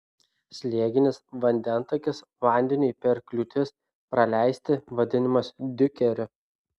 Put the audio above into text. slėginis vandentakis vandeniui per kliūtis praleisti vadinamas diukeriu